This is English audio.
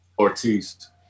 Ortiz